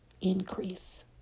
Increase